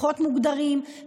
פחות מוגדרים,